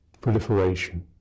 proliferation